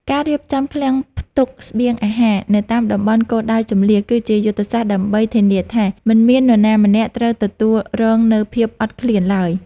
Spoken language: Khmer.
ការរៀបចំឃ្លាំងផ្ទុកស្បៀងអាហារនៅតាមតំបន់គោលដៅជម្លៀស គឺជាយុទ្ធសាស្ត្រដើម្បីធានាថាមិនមាននរណាម្នាក់ត្រូវទទួលរងនូវភាពអត់ឃ្លានឡើយ។